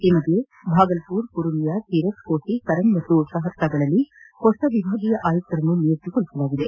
ಈ ಮಧ್ಯೆ ಭಾಗಲ್ಪರ್ ಪುರುನಿಯಾ ತೀರತ್ ಕೋಸಿ ಸರನ್ ಮತ್ತು ಸಹಾರ್ಸಾಗಳಲ್ಲಿ ಹೊಸ ವಿಭಾಗೀಯ ಆಯುಕ್ತರುಗಳನ್ನು ನಿಯುಕ್ತಿಗೊಳಿಸಲಾಗಿದೆ